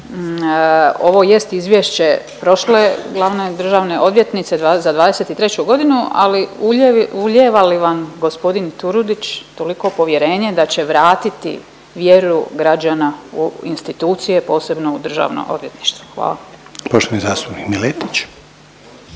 ovo jest izvješće prošle glavne državne odvjetnice za 2023. godinu, ali ulijeva li vam gospodin Turudić toliko povjerenje da će vratiti vjeru građana u institucije posebno u Državno odvjetništvo. Hvala. **Reiner,